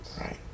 right